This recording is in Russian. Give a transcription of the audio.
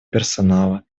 персонала